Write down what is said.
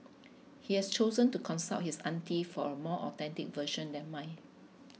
he has chosen to consult his auntie for a more authentic version than mine